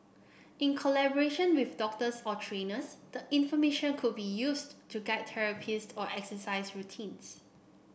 in collaboration with doctors or trainers the information could be used to guide therapies or exercise routines